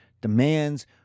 demands